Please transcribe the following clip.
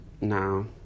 No